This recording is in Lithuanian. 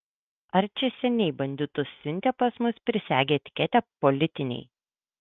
ar čia seniai banditus siuntė pas mus prisegę etiketę politiniai